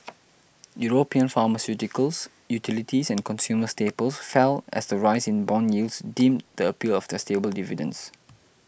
European pharmaceuticals utilities and consumer staples fell as the rise in bond yields dimmed the appeal of their stable dividends